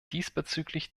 diesbezüglich